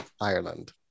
Ireland